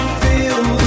feel